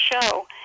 show